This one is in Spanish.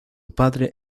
padre